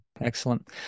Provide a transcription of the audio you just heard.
Excellent